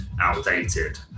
outdated